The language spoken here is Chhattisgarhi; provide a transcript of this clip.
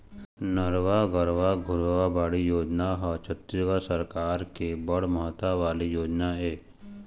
नरूवा, गरूवा, घुरूवा, बाड़ी योजना ह छत्तीसगढ़ सरकार के बड़ महत्ता वाले योजना ऐ